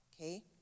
Okay